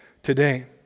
today